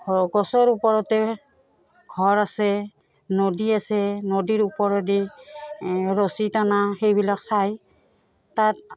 ঘৰ গছৰ ওপৰতে ঘৰ আছে নদী আছে নদীৰ ওপৰেদি ৰছী টনা সেইবিলাক চায় তাত